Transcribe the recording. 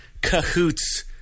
cahoots